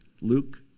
Luke